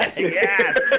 Yes